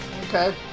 Okay